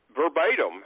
verbatim